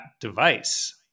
device